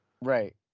Right